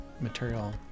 material